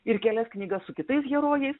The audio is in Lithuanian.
ir kelias knygas su kitais herojais